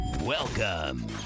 Welcome